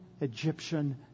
Egyptian